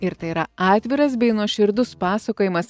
ir tai yra atviras bei nuoširdus pasakojimas